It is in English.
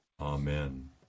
Amen